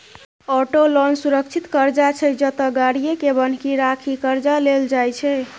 auto loan सुरक्षित करजा छै जतय गाड़ीए केँ बन्हकी राखि करजा लेल जाइ छै